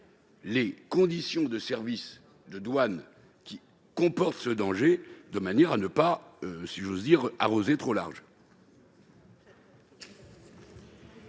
les conditions de service de la douane induisant un danger, de manière à ne pas, si j'ose dire, « arroser trop large